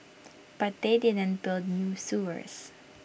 but they didn't build new sewers